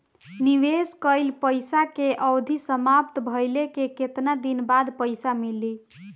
निवेश कइल पइसा के अवधि समाप्त भइले के केतना दिन बाद पइसा मिली?